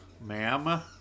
ma'am